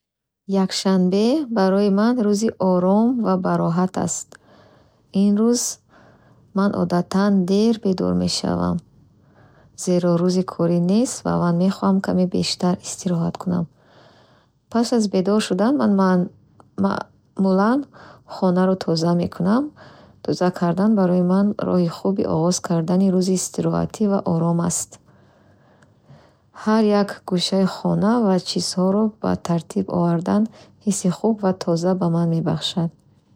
Якшанбе барои ман рӯзи ором ва бароҳат аст. Ин рӯз ман одатан дер бедор мешавам, зеро рӯзи корӣ нест ва мехоҳам каме бештар истироҳат кунам. Пас аз бедор шудан, ман маъ... хонаро тоза мекунам. Тоза кардан барои ман роҳи хуби оғоз кардани рӯзи истироҳатӣ ва ором аст. Ҳар як гӯшаи хона ва чизҳоро ба тартиб овардан ҳисси хуб ва тоза ба ман мебахшад.